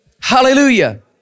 Hallelujah